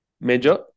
Major